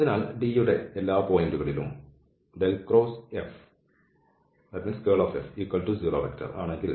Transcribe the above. അതിനാൽ D യുടെ എല്ലാ പോയിന്റുകളിലും F0 ആണെങ്കിൽ F എന്നത് കൺസെർവേറ്റീവ് ആണ്